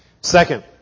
Second